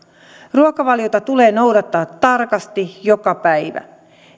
ruokavaliota tulee noudattaa tarkasti joka päivä